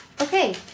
okay